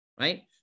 right